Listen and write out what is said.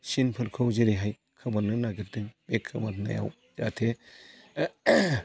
सिनफोरखौ जेरैहाय खोमोरनो नागिरदों बे खोमोरनायाव जाहाथे